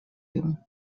you